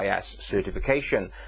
certification